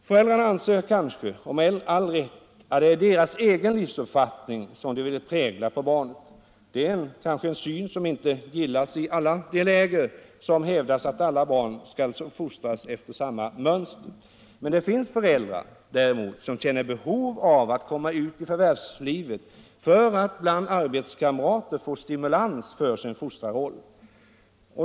Föräldrarna anser kanske också — och i så fall med all rätt — att det är deras egen livsuppfattning som skall präglas på barnet. Det är måhända en syn som inte gillas i de läger som hävdar att alla barn skall fostras efter samma mönster. Det finns också föräldrar som känner behov av att komma ut i förvärvslivet för att bland arbetskamrater få stimulans för sin fostrarroll.